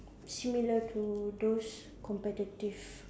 similar to those competitive